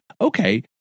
okay